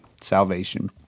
salvation